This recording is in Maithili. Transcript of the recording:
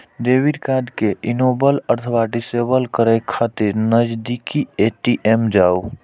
डेबिट कार्ड कें इनेबल अथवा डिसेबल करै खातिर नजदीकी ए.टी.एम जाउ